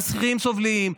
והשכירים סובלים,